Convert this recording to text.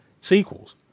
sequels